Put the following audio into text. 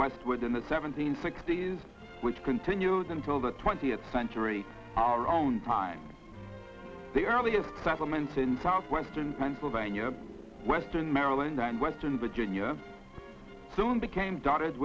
westward in the seventeenth sixty's which continues until the twentieth century our own time the earliest settlement in southwestern pennsylvania western maryland and western virginia soon became d